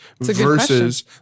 versus